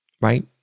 right